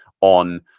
on